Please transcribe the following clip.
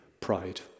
pride